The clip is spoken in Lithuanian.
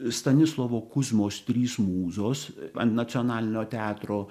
stanislovo kuzmos trys mūzos ant nacionalinio teatro